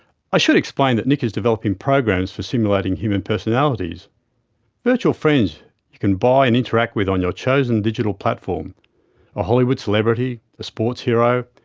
i should explain that nick is developing programs for simulating human personalities virtual friends you can buy and interact with on your chosen digital platform a hollywood celebrity, a sports hero,